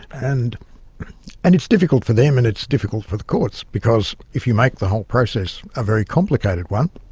and and it's difficult for them and it's difficult for the courts, because if you make the whole process a very complicated one,